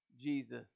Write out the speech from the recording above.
Jesus